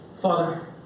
Father